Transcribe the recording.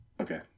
Okay